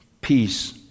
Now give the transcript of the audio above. Peace